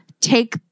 Take